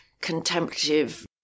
contemplative